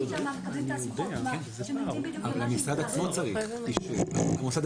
המוסד עצמו צריך אישור.